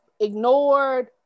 ignored